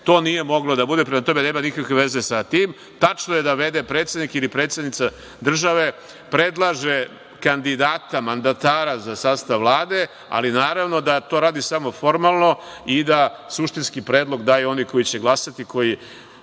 to nije moglo da bude. Prema tome, nema nikakve veze sa tim. Prema tome, tačno je da v.d. predsednika ili predsednica države predlaže kandidata, mandatara za sastav Vlade, ali naravno da to radi samo formalno i da suštinski predlog daju oni koji će glasati,